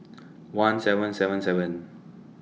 one seven seven seven